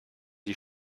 die